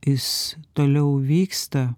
jis toliau vyksta